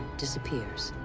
disappears.